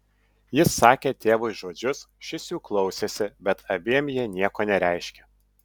jis sakė tėvui žodžius šis jų klausėsi bet abiem jie nieko nereiškė